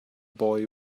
boy